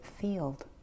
field